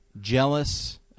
jealous